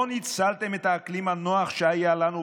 לא ניצלתם את האקלים הנוח שהיה לנו,